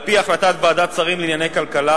על-פי החלטת ועדת השרים לענייני כלכלה,